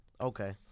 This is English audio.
okay